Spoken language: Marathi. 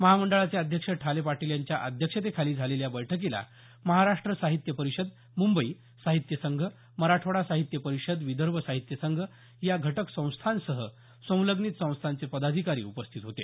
महामंडळाचे अध्यक्ष ठाले पाटील यांच्या अध्यक्षतेखाली झालेल्या बैठकीला महाराष्ट्र साहित्य परिषद मुंबई साहित्य संघ मराठवाडा साहित्य परिषद विदर्भ साहित्य संघ या घटक संस्थांसह संलग्नित संस्थांचे पदाधिकारी उपस्थित होते